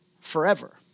forever